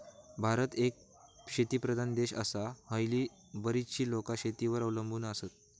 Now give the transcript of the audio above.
भारत एक शेतीप्रधान देश आसा, हयली बरीचशी लोकां शेतीवर अवलंबून आसत